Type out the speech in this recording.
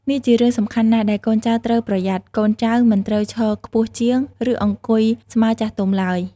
នេះជារឿងសំខាន់ណាស់ដែលកូនចៅត្រូវប្រយ័ត្ន កូនចៅ មិនត្រូវឈរខ្ពស់ជាង ឬអង្គុយស្មើ ចាស់ទុំឡើយ។